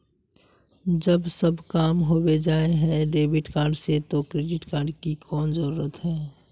जब सब काम होबे जाय है डेबिट कार्ड से तो क्रेडिट कार्ड की कोन जरूरत है?